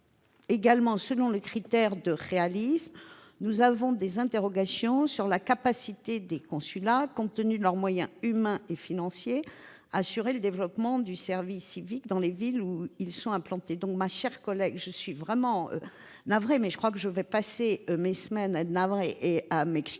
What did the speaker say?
ce sujet, selon des critères de réalisme, nous nous interrogeons sur la capacité des consulats, compte tenu de leurs moyens humains et financiers, à assurer le développement du service civique dans les villes où ils sont implantés. Par conséquent, ma chère collègue, vous me voyez navrée- je vais devoir passer la semaine à être navrée et à m'excuser